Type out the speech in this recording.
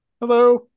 Hello